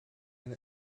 and